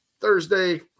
Thursday